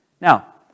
Now